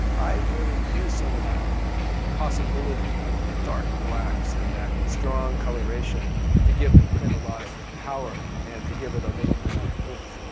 i really use some of that possibility of the dark blacks and that strong coloration to give the print a lot of power, and to give it a little more oomph,